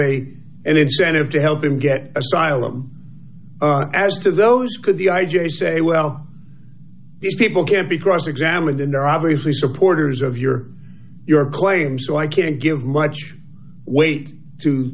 a an incentive to help him get asylum as to those could the i j a say well these people can't be cross examined in their obviously supporters of your your claim so i can't give much weight to